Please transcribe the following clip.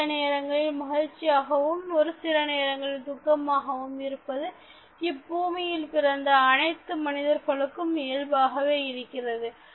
ஒரு சில நேரங்களில் மகிழ்ச்சியாகவும் ஒரு சில நேரங்களில் துக்கமாகவும் இருப்பது இப்பூமியில் பிறந்த அனைத்து மனிதர்கள் இயல்பாகவே இருக்கிறது